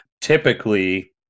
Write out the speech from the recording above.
Typically